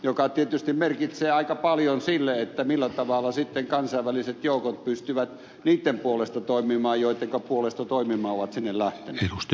se tietysti merkitsee aika paljon siinä millä tavalla kansainväliset joukot pystyvät niitten puolesta toimimaan joittenka puolesta toimimaan ovat sinne lähteneet